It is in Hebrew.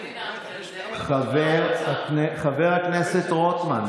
חבר הכנסת רוטמן,